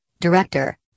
director